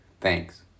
Thanks